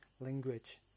language